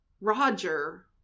Roger